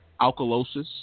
Alkalosis